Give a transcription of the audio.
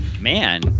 man